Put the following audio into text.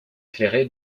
éclairé